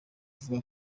uvuga